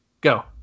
go